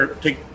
take